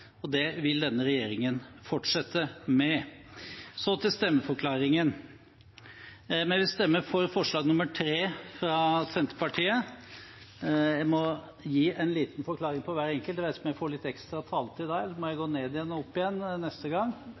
og det vil denne regjeringen fortsette med. Så til stemmeforklaringen: Vi stemmer for forslag nr. 3, fra Senterpartiet. Jeg må gi en liten forklaring for hvert enkelt forslag, dersom jeg får litt ekstra taletid. Ellers må jeg gå ned og opp igjen.